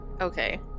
Okay